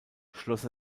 schloss